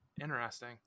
Interesting